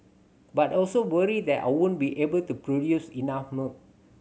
but also worry that I won't be able to produce enough milk